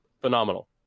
phenomenal